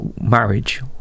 marriage